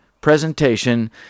presentation